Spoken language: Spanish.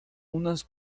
unas